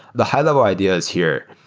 the high-level idea is here.